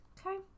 okay